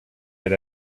had